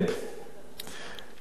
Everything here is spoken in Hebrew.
אני רוצה לדבר.